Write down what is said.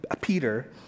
Peter